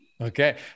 Okay